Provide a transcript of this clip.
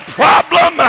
problem